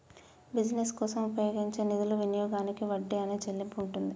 business కోసం ఉపయోగించే నిధుల వినియోగానికి వడ్డీ అనే చెల్లింపు ఉంటుంది